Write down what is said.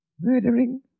Murdering